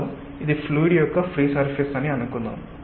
కాబట్టి ఇది ఫ్లూయిడ్ యొక్క ఫ్రీ సర్ఫేస్ అని అనుకుందాం